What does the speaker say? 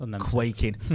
quaking